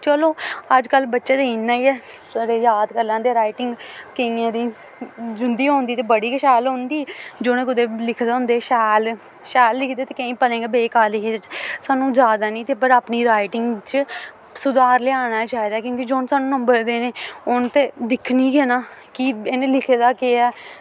चलो अजकल्ल बच्चे ते इन्ना गै सारे याद करी लैंदे राइटिंग केइयें दी ते जिं'दी होंदी बड़ी गै शैल होंदी जि'नें कुदै लिखे दे होंदे शैल शैल लिखदे ते केईं भलेआं गै बेकार लिखदे सानूं जैदा निं ते पर अपनी राइटिंग च सुधार लेआना चाहिदा क्योंकि जि'न्न सानूं नंबर देने उ'न्न ते दिक्खनी गै ना कि इ'न्नै लिखे दा केह् ऐ